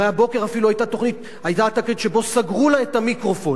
הרי הבוקר אפילו היתה תקרית שבה סגרו לה את המיקרופון.